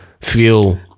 feel